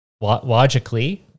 logically